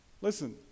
Listen